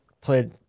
played